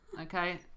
okay